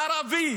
ערבי,